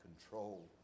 control